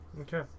Okay